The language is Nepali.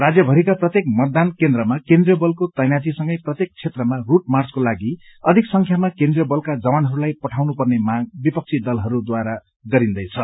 राज्यभरिका प्रत्येक मतदान केन्द्रमा केन्द्रीय बलको तैनाथीसँगै प्रत्येक क्षेत्रमा रूट मार्चको लागि अधिक संख्यामा केन्द्रीय बलका जवानहरूलाई पठाउनु पर्ने माग विपक्षी दलहरूद्वारा गरिन्दैछ